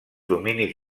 dominis